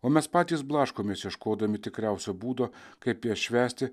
o mes patys blaškomės ieškodami tikriausio būdo kaip jas švęsti